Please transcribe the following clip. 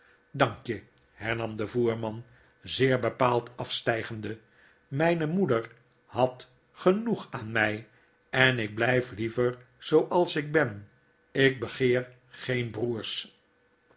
stem dankje hernam de voerman zeerbepaald afstijgende myne moeder had genoeg aan my en ik blyf liever zooais ik ben ik begeer geen broers